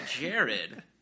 Jared